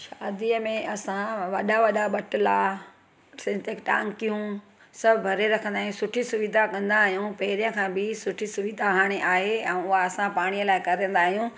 शादीअ में असां वॾा वॾा बटला सिंथिक टांकियूं सभु भरे रखंदा आहियूं सुठी सुविधा कंदा आहियूं पहिरियों खां बि सुठी सुविधा हाणे आहे ऐं उहो असां पाणी लाइ कंदा आहियूं